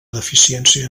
deficiència